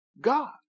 God